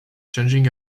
changing